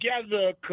together